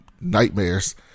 nightmares